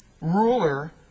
ruler